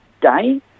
day